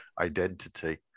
identity